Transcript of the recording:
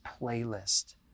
playlist